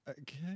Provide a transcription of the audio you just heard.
Okay